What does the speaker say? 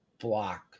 block